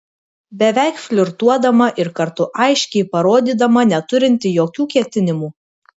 beveik flirtuodama ir kartu aiškiai parodydama neturinti jokių ketinimų